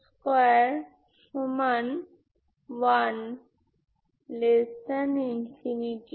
সুতরাং আমরা λ 0 দিয়ে শুরু করি